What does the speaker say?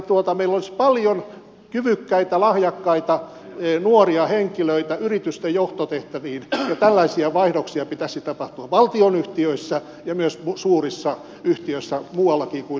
meillä olisi paljon kyvykkäitä lahjakkaita nuoria henkilöitä yritysten johtotehtäviin ja tällaisia vaihdoksia pitäisi tapahtua valtionyhtiöissä ja myös suurissa yhtiöissä muuallakin kuin helsingin sanomissa